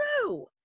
true